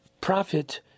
prophet